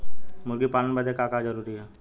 मुर्गी पालन बदे का का जरूरी ह?